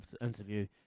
interview